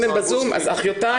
אם הן ב-זום, אחיותיי.